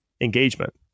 engagement